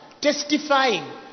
testifying